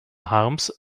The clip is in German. harms